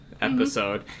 episode